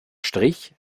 strich